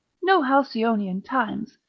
no halcyonian times,